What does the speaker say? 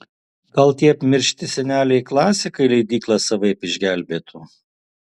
gal tie apmiršti seneliai klasikai leidyklą savaip išgelbėtų